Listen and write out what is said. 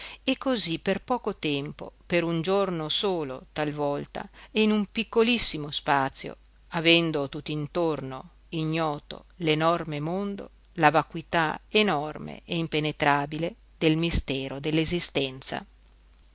e cosí per poco tempo per un giorno solo talvolta e in un piccolissimo spazio avendo tutt'intorno ignoto l'enorme mondo la vacuità enorme e impenetrabile del mistero